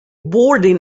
boarding